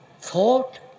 Thought